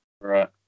Right